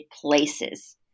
places